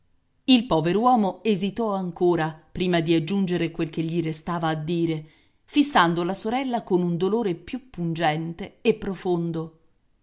usciti il pover'uomo esitò ancora prima di aggiungere quel che gli restava a dire fissando la sorella con un dolore più pungente e profondo